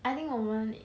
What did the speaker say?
I think 我们